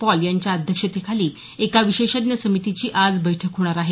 Paul यांच्या अध्यक्षतेखाली एका विशेषज्ञ समितीची आज बैठक होणार आहे